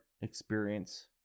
experience